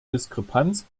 diskrepanz